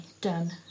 done